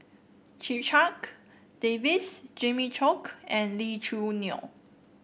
Checha Davies Jimmy Chok and Lee Choo Neo